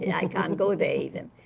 yeah i can't go there even.